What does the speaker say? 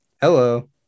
Hello